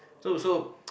so also